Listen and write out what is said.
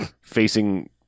facing